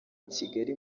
kigali